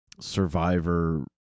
Survivor